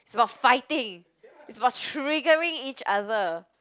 is about fighting is about triggering each other